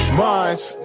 minds